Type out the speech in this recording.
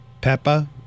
Peppa